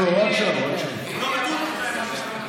זה הוראת שעה, הוראת שעה.